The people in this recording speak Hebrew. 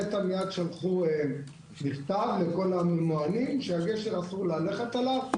נת"ע מיד שלחו מכתב לכול הממוענים שאסור ללכת על הגשר.